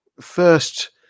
first